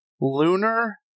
Lunar